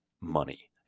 money